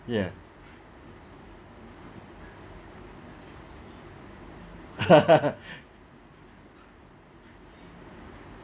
ya